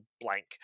blank